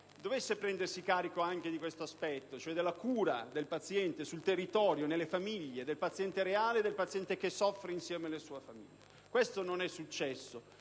doveva prendersi carico anche di questo aspetto, cioè della cura del paziente sul territorio e nelle famiglie, del paziente reale che soffre insieme alla sua famiglia. Questo non è successo